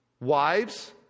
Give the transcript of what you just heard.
wives